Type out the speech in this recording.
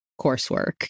coursework